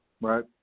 Right